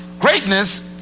greatness,